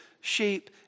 sheep